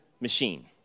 machine